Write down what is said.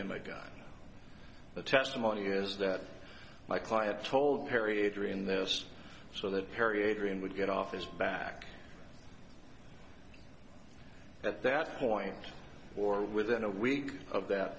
him a gun the testimony is that my client told perry adrian this so that perry adrian would get off his back at that point or within a week of that